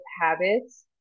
habits